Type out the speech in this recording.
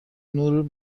نور